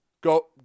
Go